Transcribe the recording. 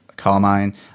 carmine